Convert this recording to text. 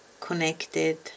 connected